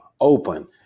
open